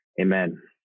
Amen